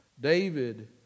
David